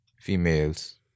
females